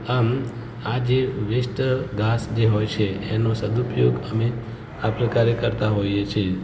આમ આ જે વેસ્ટ ઘાસ જે હોય છે એનો સદુપયોગ અમે આ પ્રકારે કરતા હોઈએ છીએ